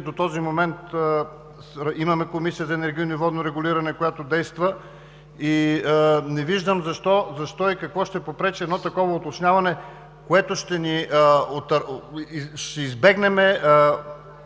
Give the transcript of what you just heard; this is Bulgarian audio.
до този момент имаме Комисия за енергийно и водно регулиране, която действа, и не виждам защо и какво ще попречи едно такова уточняване, с което ще избегнем